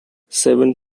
seven